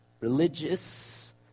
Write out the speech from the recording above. religious